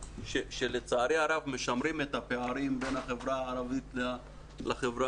שלצערי הרב משמרים את הפערים בין החברה הערבית לחברה